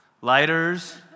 Lighters